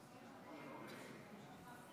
אדוני היושב-ראש,